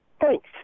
Thanks